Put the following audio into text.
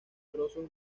trozos